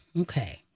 okay